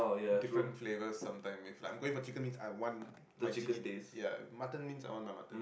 different flavor sometime if like I am going to chicken wing I want my chicken ya mutton means I want a mutton